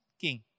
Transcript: king